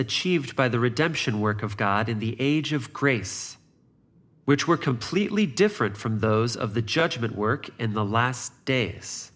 achieved by the redemption work of god in the age of grace which were completely different from those of the judgment work in the last day